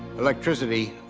electricity,